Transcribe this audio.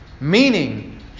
Meaning